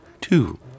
Two